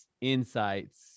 insights